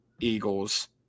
Eagles